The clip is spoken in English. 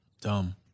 Dumb